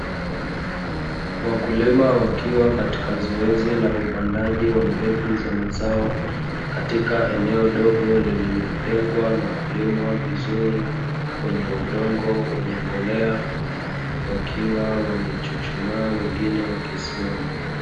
Wakulima wakiwa katika zoezi la upandaji wa mbegu za mazao katika eneo dogo lililotengwa na Kulimwa vizuri, kwenye udongo wenye mbolea wakiwa wamechuchumaa wengine wakisimama.